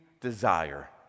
desire